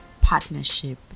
partnership